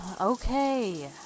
Okay